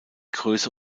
größe